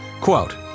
Quote